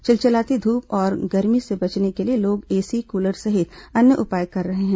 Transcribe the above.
चिलचिलाती धूप और गर्मी से बचने के लिए लोग एसी कूलर सहित अन्य उपाय कर रहे हैं